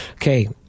Okay